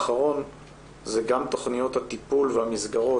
תכניות הטיפול והמסגרות,